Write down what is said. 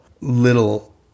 little